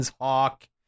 Hawk